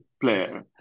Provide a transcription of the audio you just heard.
player